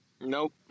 Nope